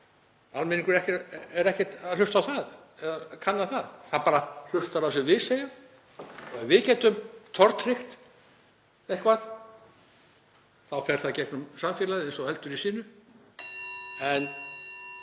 Almenningur er ekkert að hlusta á það eða kanna það. Almenningur hlustar á það sem við segjum, við getum tortryggt eitthvað og þá fer það í gegnum samfélagið eins og eldur í sinu.